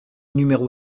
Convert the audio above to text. numéro